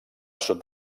sud